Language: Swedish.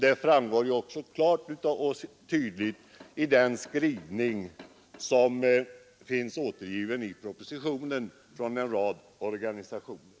Detta framgår också tydligt av de yttranden från en rad organisationer som finns återgivna i propositionen.